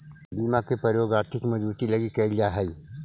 बीमा के प्रयोग आर्थिक मजबूती लगी कैल जा हई